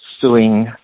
suing